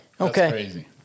Okay